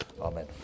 Amen